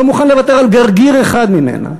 לא מוכן לוותר על גרגיר אחד ממנה.